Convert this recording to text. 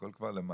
הכל כבר למעלה,